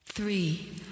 Three